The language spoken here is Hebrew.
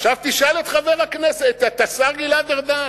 עכשיו תשאל את השר גלעד ארדן,